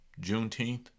juneteenth